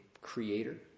creator